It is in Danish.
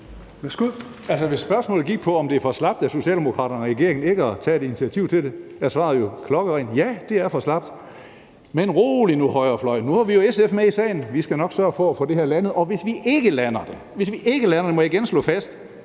hvis spørgsmålet gik på, om det er for slapt af Socialdemokraterne og regeringen ikke at tage et initiativ til det, så er svaret jo klokkerent: Ja, det er for slapt. Men rolig nu, højrefløj, for nu har vi jo SF med i sagen, og vi skal nok sørge for at få det her landet. Og hvis vi ikke lander det – må jeg igen slå fast